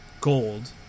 gold